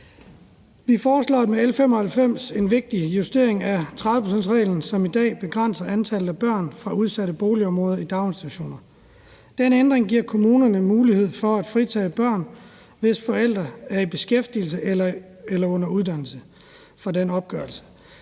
Vi foreslår med L 95 en vigtig justering af 30-procentsreglen, som i dag begrænser antallet af børn fra udsatte boligområder i daginstitutioner. Den ændring giver kommunerne mulighed for at fritage børn, hvis forældre er i beskæftigelse eller under uddannelse, fra den opgørelse.